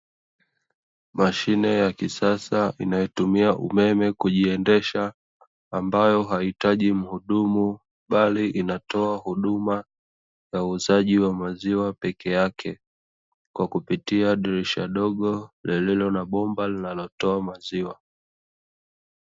Mashine ya kisasa inayotumia umeme kujiendesha, ambayo haihitaji mhudumu, bali inatoa huduma ya uuzaji wa maziwa peke yake kwa kupitia dirisha dogo lililo na bomba linalotoa maziwa.